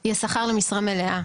הוא השכר במשרה מלאה.